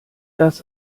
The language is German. das